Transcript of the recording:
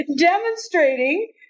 demonstrating